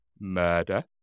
murder